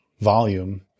volume